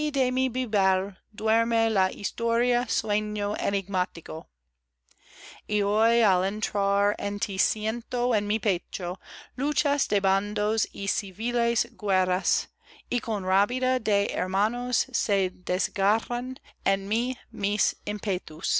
duerme la historia sueño enigmático y hoy al entrar en tí siento en mi pecho luchas de bandos y civiles guerras y con rabia de hermanos se desgarran en mí